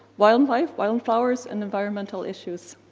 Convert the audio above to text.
wildlife, wild flowers and environmental issues.